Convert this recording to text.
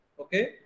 Okay